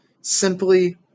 simply